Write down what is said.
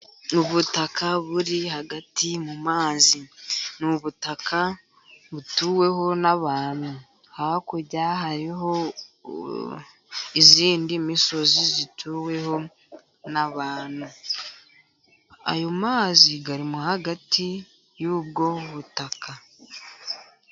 Ubutaka buri hagati mu mazi ni ubutaka butuweho n’abantu, hakurya hariyo iyindi misozi ituweho n’abantu, ayo mazi arimo hagati y’ubwo butaka.